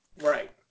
Right